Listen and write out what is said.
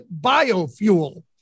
biofuel